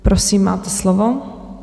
Prosím, máte slovo.